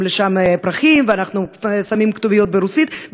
לשם פרחים ואנחנו שמים כתוביות ברוסית,